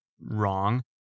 wrong